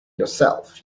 yourself